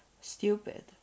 stupid